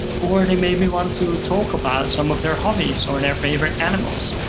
or they maybe want to talk about some of their hobbies or their favorite animals.